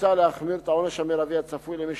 מוצע להחמיר את העונש המרבי הצפוי למי